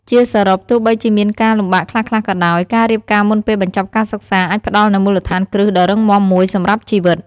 ជាសរុប ទោះបីជាមានការលំបាកខ្លះៗក៏ដោយ ការរៀបការមុនពេលបញ្ចប់ការសិក្សាអាចផ្តល់នូវមូលដ្ឋានគ្រឹះដ៏រឹងមាំមួយសម្រាប់ជីវិត ។